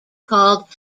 called